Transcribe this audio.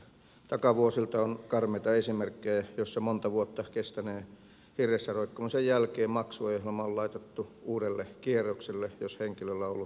takavuosilta on karmeita esimerkkejä joissa monta vuotta kestäneen hirressä roikkumisen jälkeen maksuohjelma on laitettu uudelle kierrokselle jos henkilöllä on ollut yritystoimintaa